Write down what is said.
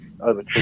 over